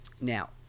Now